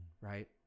right